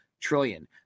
trillion